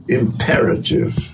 imperative